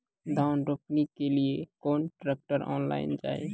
धान रोपनी के लिए केन ट्रैक्टर ऑनलाइन जाए?